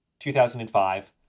2005